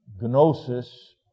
Gnosis